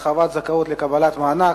11) (הרחבת זכאות לקבלת מענק),